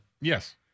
Yes